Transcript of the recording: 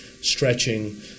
stretching